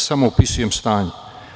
Samo opisujem stanje.